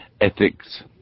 Ethics